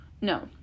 No